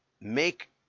make